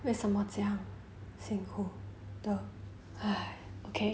为什么这样辛苦的 okay